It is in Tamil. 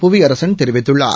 புவியரசன் தெரிவித்துள்ளார்